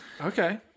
okay